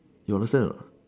you understand anot